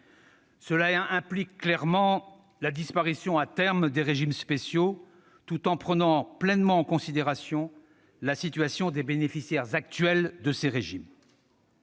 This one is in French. Cela implique clairement de faire disparaître, à terme, les régimes spéciaux, tout en prenant pleinement en considération la situation des bénéficiaires actuels de ces régimes.